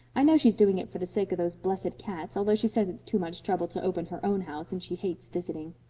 i know she's doing it for the sake of those blessed cats, although she says it's too much trouble to open her own house, and she hates visiting.